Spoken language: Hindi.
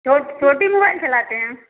छोट छोटी मोबाइल चलाते हैं